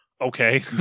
okay